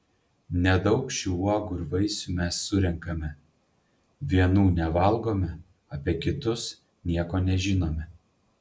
nedaug šių uogų ir vaisių mes surenkame vienų nevalgome apie kitus nieko nežinome